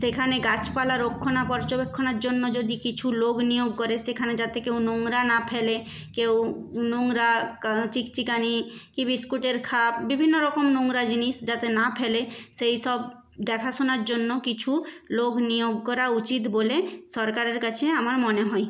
যেখানে গাছপালা রক্ষণা পর্যবেক্ষণের জন্য যদি কিছু লোক নিয়োগ করে সেখানে যাতে কেউ নোংরা না ফেলে কেউ নোংরা কা চিকচিকানি কী বিস্কুটের খাপ বিভিন্ন রকম নোংরা জিনিস যাতে না ফেলে সেই সব দেখাশোনার জন্য কিছু লোক নিয়োগ করা উচিত বলে সরকারের কাছে আমার মনে হয়